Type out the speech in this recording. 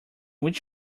which